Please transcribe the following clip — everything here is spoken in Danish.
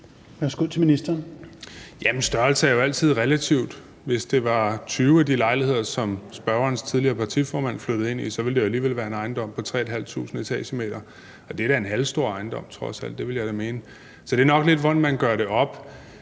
Bek): Jamen størrelse er jo altid relativt. Hvis det var 20 af de lejligheder, som spørgerens tidligere partiformand flyttede ind i, så ville det alligevel være en ejendom på 3.500 etagemeter – og det er da trods alt en halvstor ejendom, vil jeg mene. Så det er nok lidt, hvordan man gør det op.